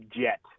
jet